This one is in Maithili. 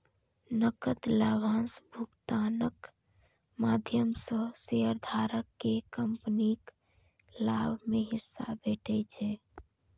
नकद लाभांश भुगतानक माध्यम सं शेयरधारक कें कंपनीक लाभ मे हिस्सा भेटै छै